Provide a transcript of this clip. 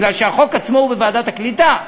כי החוק עצמו הוא בוועדת הקליטה.